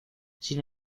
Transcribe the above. sin